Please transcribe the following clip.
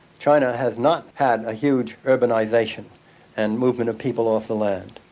china has not had a huge urbanisation and movement of people off the land.